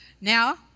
Now